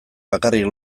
bakarrik